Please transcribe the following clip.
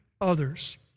others